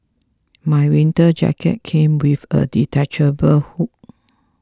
my winter jacket came with a detachable hood